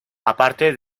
aparte